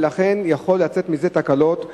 ולכן יכולות לצאת מזה תקלות.